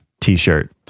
T-shirt